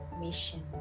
mission